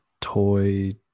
toy